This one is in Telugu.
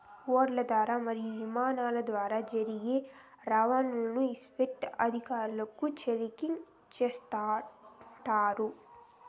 ఓడల ద్వారా మరియు ఇమానాల ద్వారా జరిగే రవాణాను కస్టమ్స్ అధికారులు చెకింగ్ చేస్తుంటారు